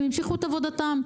הם המשיכו את עבודתם.